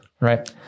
Right